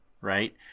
right